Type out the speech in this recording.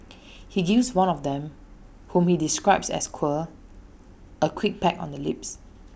he gives one of them whom he describes as queer A quick peck on the lips